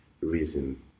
reason